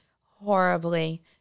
horribly